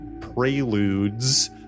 preludes